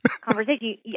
conversation